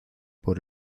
por